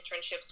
internships